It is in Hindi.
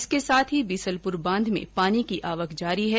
इसके साथ ही बीसलप्र बांध में पानी की आवक जारी है